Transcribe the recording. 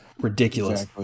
Ridiculous